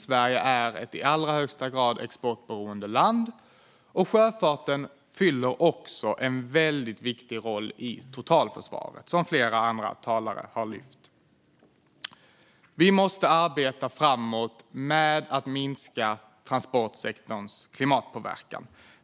Sverige är ett i allra högsta grad exportberoende land. Sjöfarten fyller också en väldigt viktig roll i totalförsvaret, vilket flera andra talare har tagit upp. Vi måste arbeta framåt med att minska transportsektorns klimatpåverkan.